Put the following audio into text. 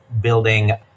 building